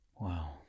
wow